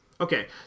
Okay